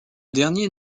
dernier